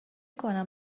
کنم